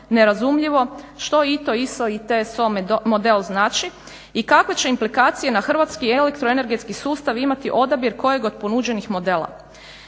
nerazumljivo ITO, ISO, TSO model znači i kakve će implikacije na hrvatski elektroenergetski sustav imati odabir kojeg od ponuđenih modela.